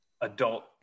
adult